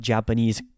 Japanese